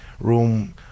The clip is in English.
room